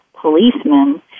policemen